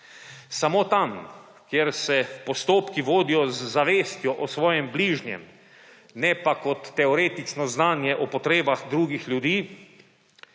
samo tam, kjer se postopki vodijo z zavestjo o svojem bližnjem, ne pa kot teoretično znanje o potrebah drugih ljudi,